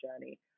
journey